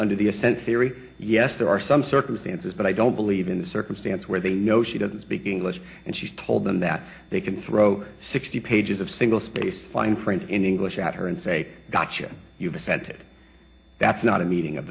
under the assent theory yes there are some circumstances but i don't believe in the circumstance where they know she doesn't speak english and she's told them that they can throw sixty pages of single spaced fine print in english at her and say gotcha you presented that's not a meeting of